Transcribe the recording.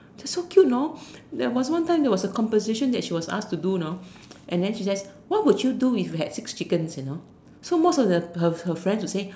they so cute know there was one time there was a composition that she was asked to do know and then she say what would you do if you had six chickens you know so most of her her her friends will say